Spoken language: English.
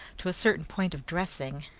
to a certain point of dressing,